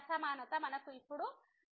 కాబట్టి ఈ అసమానత నుండి మనకు 1≤f0≤3లభిస్తుంది